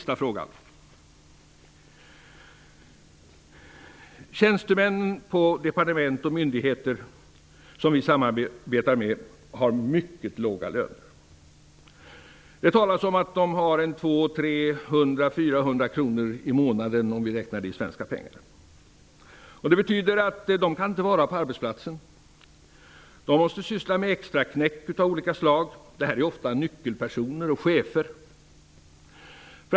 Tjänstemän på departement och myndigheter som vi samarbetar med har mycket låga löner. Det talas om att de har 200--400 kronor i månaden om man räknar i svenska pengar. Det betyder att de inte kan vara på sin arbetsplats utan måste syssla med extraknäck av olika slag för att få ihop pengar till sin familj.